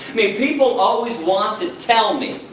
mean, people always want to tell me,